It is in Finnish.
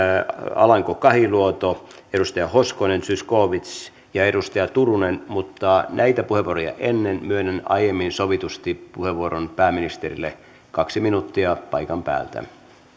alanko kahiluoto edustaja hoskonen zyskowicz ja edustaja turunen mutta näitä puheenvuoroja ennen myönnän aiemmin sovitusti puheenvuoron pääministerille kaksi minuuttia paikan päältä